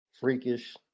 freakish